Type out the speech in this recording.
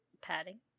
padding